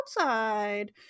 outside